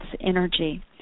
energy